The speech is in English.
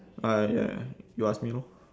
uh ya you ask me lor